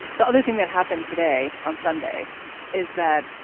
the other thing that happened today on sunday is that,